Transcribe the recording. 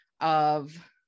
of-